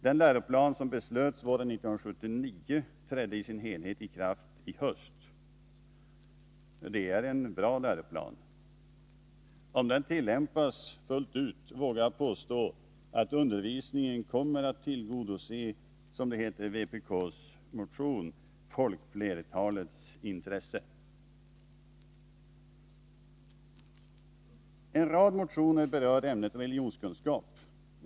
Den läroplan som beslöts våren 1979 trädde i sin helhet i kraft i höst. Det är en bra läroplan. Om den tillämpas fullt ut vågar jag påstå att undervisningen kommer att tillgodose folkflertalets intresse, som det heter i vpk:s motion. En rad motioner berör religionsämnets ställning.